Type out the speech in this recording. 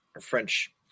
French